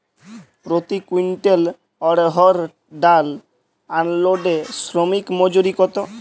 প্রতি কুইন্টল অড়হর ডাল আনলোডে শ্রমিক মজুরি কত?